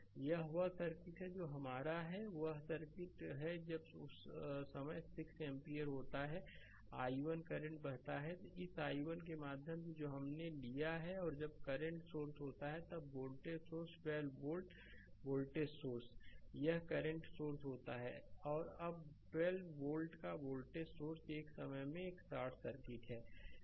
slide समय देखें 1501 यह वह सर्किट है जो हमारा है यह वह सर्किट है जब उस समय 6 एम्पीयर होता है i1 करंट बहता है इस i1 के माध्यम से जो हमने लिया है और जब करंट सोर्स होता है तब voltage source 12 volt voltage source यह करंट सोर्स होता है अब और 12 वोल्ट का वोल्टेज सोर्स एक समय में एक शॉर्ट सर्किट है